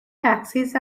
taxis